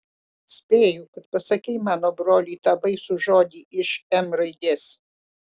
spėju kad pasakei mano broliui tą baisų žodį iš m raidės